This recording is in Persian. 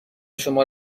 شما